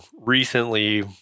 recently